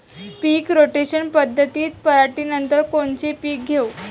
पीक rotation पद्धतीत पराटीनंतर कोनचे पीक घेऊ?